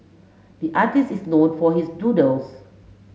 the artist is known for his doodles